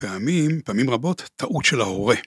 ‫פעמים, פעמים רבות, טעות של ההורה.